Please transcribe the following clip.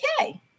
okay